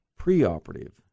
preoperative